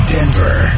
Denver